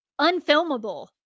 unfilmable